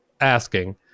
asking